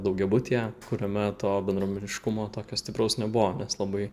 daugiabutyje kuriame to bendruomeniškumo tokio stipraus nebuvo nes labai